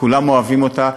כולם אוהבים אותה.